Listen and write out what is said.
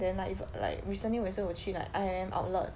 then like if like recently 我也是有去 like I_M_M outlet